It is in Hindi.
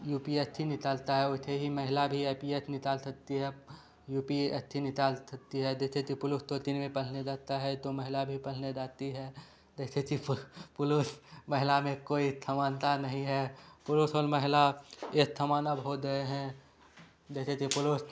यू पी एत थी नितालता है वैथे ही महिला भी आई पी एथ निताल थत्ती है यू पी एत थी निताल थत्ती है दैथे ति पुलुस तोतिन में पल्हने दाता हो तो महिला भी पल्हने दाती है दैसे पुलुस महिला में कोई थमानता नहीं है पुलुस औल महिला एथ थमान अब हो दए हैं दैसे ति पुलुस